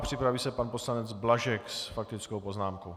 Připraví se pan poslanec Blažek s faktickou poznámkou.